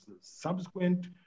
subsequent